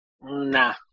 nah